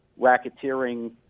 racketeering